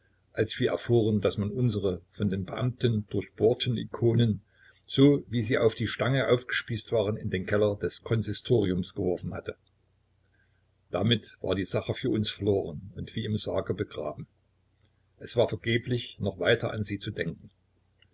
als wir erfuhren daß man unsere von den beamten durchbohrten ikonen so wie sie auf die stange aufgespießt waren in den keller des konsistoriums geworfen hatte damit war die sache für uns verloren und wie im sarge begraben es war vergeblich noch weiter an sie zu denken